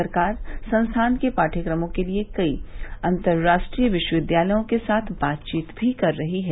सरकार संस्थान के पाठ्यक्रमों के लिए कई अतर्राष्ट्रीय विश्वविद्यालयों के साथ बातचीत भी कर रही है